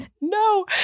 no